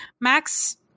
Max